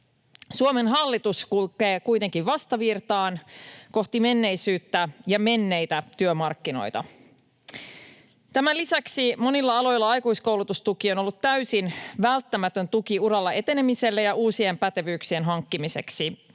Suomen hallitus kulkee kuitenkin vastavirtaan kohti menneisyyttä ja menneitä työmarkkinoita. Tämän lisäksi monilla aloilla aikuiskoulutustuki on ollut täysin välttämätön tuki uralla etenemiselle ja uusien pätevyyksien hankkimiseksi.